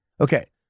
Okay